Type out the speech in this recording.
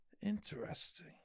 Interesting